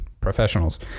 professionals